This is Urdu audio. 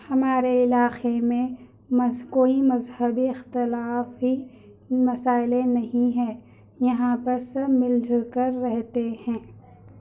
ہمارے علاقے میں مذ کوئی مذہبی اختلافی مسائلیں نہیں ہے یہاں پر سب مل جل کر رہتے ہیں